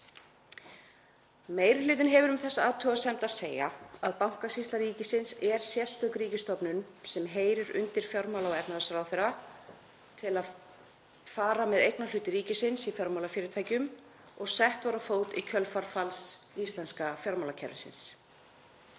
Meiri hlutinn hefur um þessa athugasemd að segja að Bankasýsla ríkisins er sérstök ríkisstofnun, sem heyrir undir fjármála- og efnahagsráðherra, til að fara eignarhluti ríkisins í fjármálafyrirtækjum og sett var á fót í kjölfar falls íslenska fjármálakerfisins.